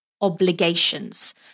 obligations